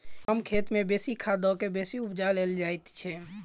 कम खेत मे बेसी खाद द क बेसी उपजा लेल जाइत छै